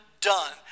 done